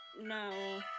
No